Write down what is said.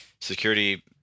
security